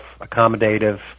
accommodative